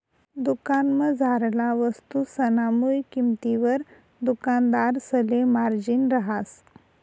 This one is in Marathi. दुकानमझारला वस्तुसना मुय किंमतवर दुकानदारसले मार्जिन रहास